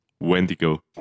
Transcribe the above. Wendigo